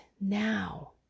now